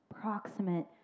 proximate